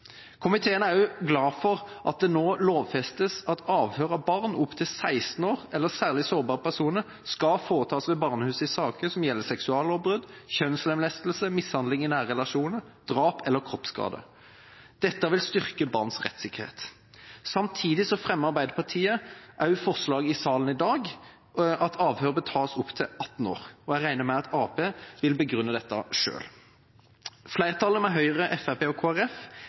Komiteen er også glad for at det nå lovfestes at avhør av barn opp til 16 år eller særlig sårbare personer skal foretas ved barnehuset i saker som gjelder seksuallovbrudd, kjønnslemlestelse, mishandling i nære relasjoner, drap eller kroppsskade. Dette vil styrke barns rettssikkerhet. Samtidig fremmer Arbeiderpartiet også forslag i salen i dag om at avhør bør tas opp til 18 år, og jeg regner med at Arbeiderpartiet vil begrunne dette selv. Flertallet med Høyre, Fremskrittspartiet, Kristelig Folkeparti og